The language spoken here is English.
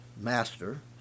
Master